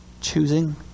Choosing